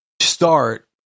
start